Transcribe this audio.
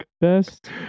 best